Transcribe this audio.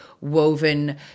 woven